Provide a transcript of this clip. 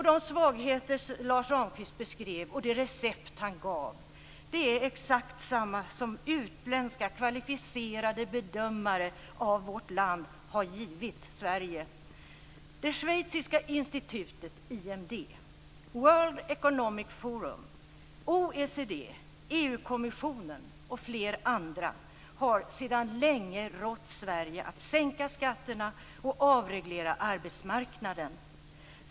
De svagheter som Lars Ramqvist beskrivit och det recept som han gett är exakt samma som utländska kvalificerade bedömare av vårt land har gett Sverige. Forum, OECD, EU-kommissionen och flera andra har länge rått Sverige att sänka skatterna och avreglera arbetsmarknaden.